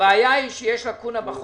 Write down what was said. הבעיה היא שיש לקונה בחוק,